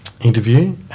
interview